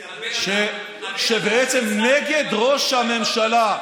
שבעצם נגד ראש הממשלה.